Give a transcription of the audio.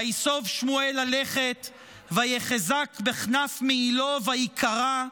וַיִסֹב שמואל ללכת ויחזק בכנף מעילו ויקרע.